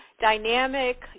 dynamic